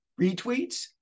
retweets